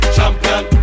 Champion